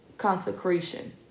consecration